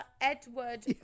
Edward